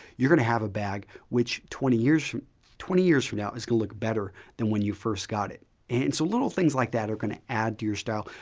youire going to have a bag which twenty years twenty years from now is going to look better than when you first got it. and so, little things like that are going to add to your style.